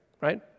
right